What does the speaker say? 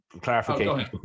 clarification